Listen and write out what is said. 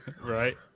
Right